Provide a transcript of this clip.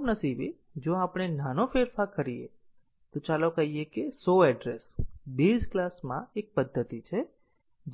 કમનસીબે જો આપણે નાનો ફેરફાર કરીએ તો ચાલો કહીએ કે show address બેઝ ક્લાસમાં એક પદ્ધતિ છે